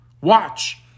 watch